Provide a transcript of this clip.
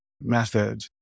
method